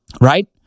Right